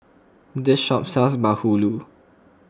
this shop sells Bahulu